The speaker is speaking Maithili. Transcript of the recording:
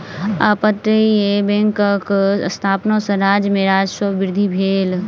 अपतटीय बैंकक स्थापना सॅ राज्य में राजस्व वृद्धि भेल